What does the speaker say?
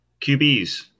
QBs